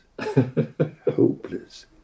Hopeless